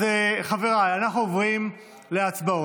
אז חבריי, אנחנו עוברים להצבעות.